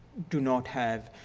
do not have.